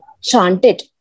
chanted